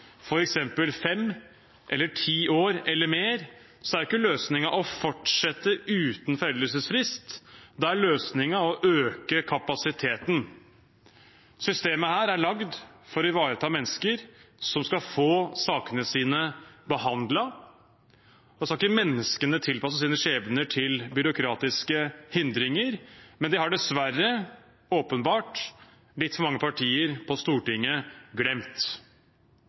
fem år, ti år eller mer, er ikke løsningen å fortsette uten foreldelsesfrist. Da er løsningen å øke kapasiteten. Systemet er laget for å ivareta mennesker som skal få sakene sine behandlet. Da skal ikke menneskene tilpasse sine skjebner til byråkratiske hindringer, men det har åpenbart litt for mange partier på Stortinget dessverre glemt.